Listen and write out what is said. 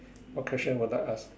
what question would I ask